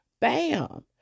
bam